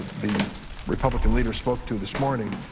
the republican leader spoke to this morning,